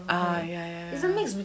ah ya ya ya